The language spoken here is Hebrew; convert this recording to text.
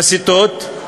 מסיתות.